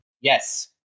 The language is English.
Yes